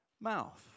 mouth